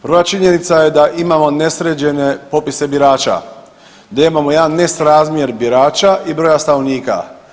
Prva činjenica je da imamo nesređene popise birača, da imamo jedan nesrazmjer birača i broja stanovnika.